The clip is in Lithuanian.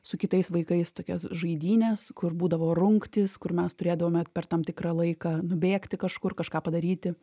su kitais vaikais tokias žaidynes kur būdavo rungtys kur mes turėdavome per tam tikrą laiką nubėgti kažkur kažką padaryti